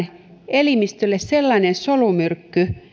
elimistölle sellainen solumyrkky